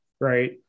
right